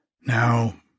Now